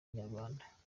inyarwanda